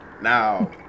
now